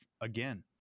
again